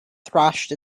thrashed